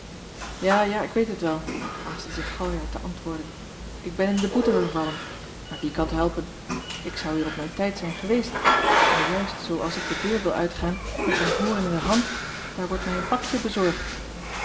ja ja ik weet het wel haastte zich galjart te antwoorden ik ben in de boete vervallen maar wie kan t helpen ik zou hier op mijn tijd zijn geweest maar juist zoo als ik de deur wil uitgaan met mijn hoorn in de hand daar wordt mij een pakje bezorgd